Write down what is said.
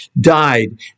died